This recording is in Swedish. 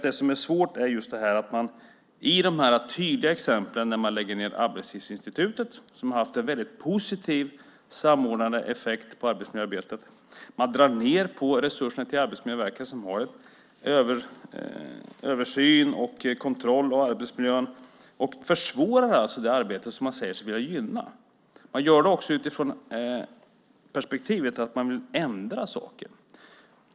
Det som är svårt är just det vi ser i de tydliga exemplen, att man lägger ned Arbetslivsinstitutet, som har haft en väldigt positivt samordnande effekt på arbetsmiljöarbetet, och att man drar ned på resurserna till Arbetsmiljöverket, som har en översyn och kontroll av arbetsmiljön. Man försvårar därmed det arbete som man säger sig vilja gynna. Man gör det också utifrån perspektivet att man nu ändrar saker.